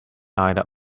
either